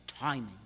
timing